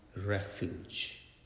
refuge